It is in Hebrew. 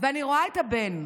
ואני רואה את הבן,